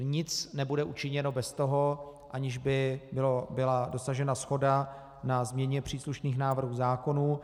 Nic nebude učiněno bez toho, aniž by byla dosažena shoda na změně příslušných návrhů zákonů.